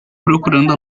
procurando